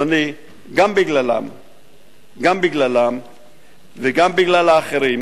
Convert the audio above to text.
אדוני, גם בגללם וגם בגלל האחרים